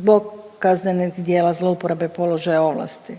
zbog kaznenog djela zlouporabe položaja, ovlasti.